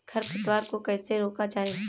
खरपतवार को कैसे रोका जाए?